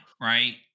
right